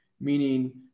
meaning